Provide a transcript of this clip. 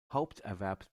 haupterwerb